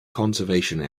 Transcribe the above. conservation